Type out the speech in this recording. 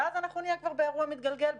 ואז נהיה כבר באירוע מתגלגל,